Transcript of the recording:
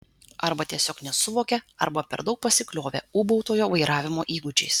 arba tiesiog nesuvokė arba per daug pasikliovė ūbautojo vairavimo įgūdžiais